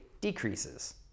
decreases